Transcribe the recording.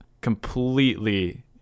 completely